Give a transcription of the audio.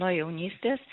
nuo jaunystės